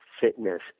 fitness